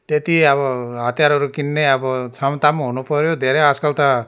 त्यति अब हतियारहरू किन्ने अब क्षमता पनि हुनु पऱ्यो धेरै आजकल त